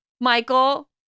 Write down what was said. Michael